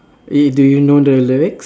do you know the lyrics